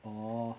orh